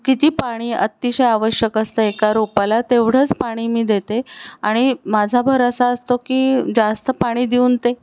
किती पाणी अतिशय आवश्यक असतं एका रोपाला तेवढंच पाणी मी देते आणि माझा भर असा असतो की जास्त पाणी देऊन ते